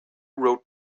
road